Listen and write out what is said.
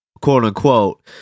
quote-unquote